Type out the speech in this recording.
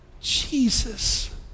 Jesus